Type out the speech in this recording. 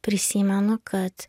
prisimenu kad